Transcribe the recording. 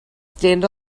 stand